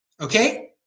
okay